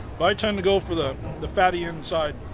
i tend to go for the the fatty inside